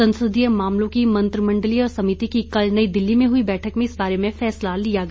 संसदीय मामलों की मंत्रिमंडलीय समिति की कल नई दिल्ली में हुई बैठक में इस बारे में फैसला लिया गया